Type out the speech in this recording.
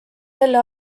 selle